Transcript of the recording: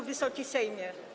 Wysoki Sejmie!